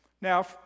Now